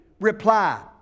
reply